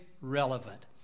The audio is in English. relevant